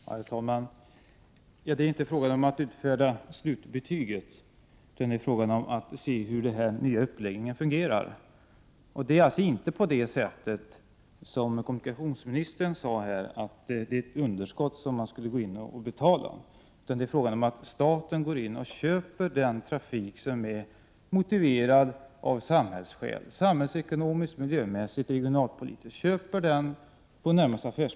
Herr talman! Det är inte fråga om att utfärda slutbetyget, utan det är fråga om att se hur den nya uppläggningen fungerar. Det är inte, som kommunikationsministern här sade, något underskott som man skulle gå in och betala, utan det är fråga om att staten skall gå in och på närmast affärsmässiga grunder köpa den trafik som är motiverad av samhällsekonomiska, miljömässiga eller regionalpolitiska skäl.